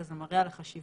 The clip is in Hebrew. וזה מראה על החשיבות.